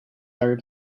are